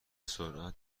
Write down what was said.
سرعت